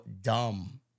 dumb